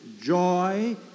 joy